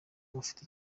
n’ufite